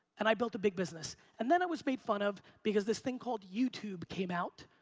and i built a big business, and then i was made fun of because this thing called youtube came out,